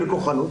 בכל חנות